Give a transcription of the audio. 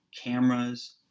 cameras